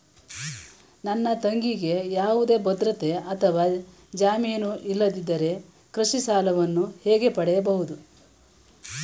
ನನ್ನ ತಂಗಿಗೆ ಯಾವುದೇ ಭದ್ರತೆ ಅಥವಾ ಜಾಮೀನು ಇಲ್ಲದಿದ್ದರೆ ಕೃಷಿ ಸಾಲವನ್ನು ಹೇಗೆ ಪಡೆಯಬಹುದು?